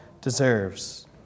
deserves